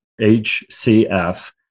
HCF